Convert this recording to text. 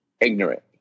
ignorant